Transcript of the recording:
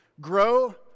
Grow